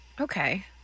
Okay